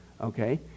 okay